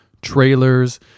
trailers